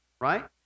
right